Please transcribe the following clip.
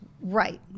Right